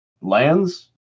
Lands